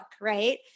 right